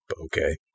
okay